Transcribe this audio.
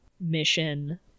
mission